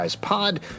Pod